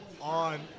on